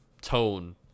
tone